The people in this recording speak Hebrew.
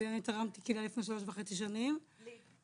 תרמתי כליה לפני שלוש שנים וחצי, ללימור.